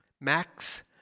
Max